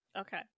Okay